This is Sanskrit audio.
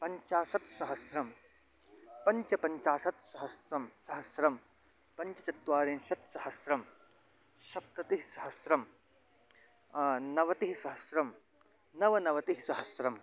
पञ्चाशत् सहस्रं पञ्चपञ्चाशत् सहस्रं सहस्रं पञ्चचत्वारिंशत् सहस्रं सप्ततिः सहस्रं नवतिः सहस्रं नवनवतिः सहस्रं